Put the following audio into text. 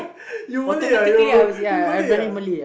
you Malay ah you you Malay ah